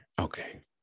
okay